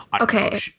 Okay